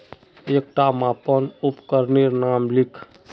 एकटा मापन उपकरनेर नाम लिख?